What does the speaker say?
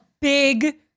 big